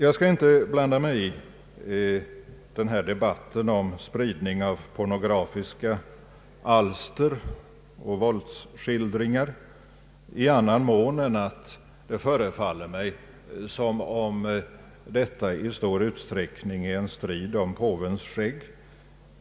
Jag skall inte blanda mig i debatten om spridning av pornografiska alster och våldsskildringar i annan mån än att det förefaller mig som om detta i stor utsträckning är en strid om påvens skägg.